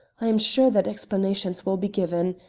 i am sure that explanations will be given.